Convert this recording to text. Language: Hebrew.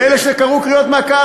ואלה שקראו קריאות מהקהל,